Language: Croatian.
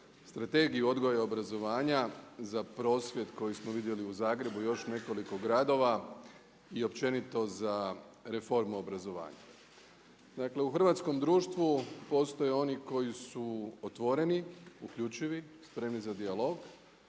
Strategiju odgoja obrazovanja, za prosvjed kojeg smo vidjeli u Zagrebu i još nekoliko gradova i općenito za reformu obrazovanja. Dakle, u hrvatskom društvu postoje oni koji su otvoreni, uključivi, spremni za dijalog